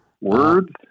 words